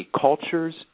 cultures